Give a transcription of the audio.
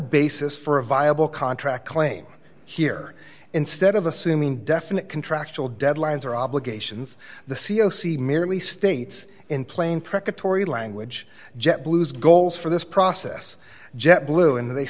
basis for a viable contract claim here instead of assuming definite contractual deadlines or obligations the c o c merely states in plain preparatory language jet blue's goals for this process jet blue and the